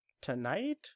tonight